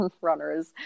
runners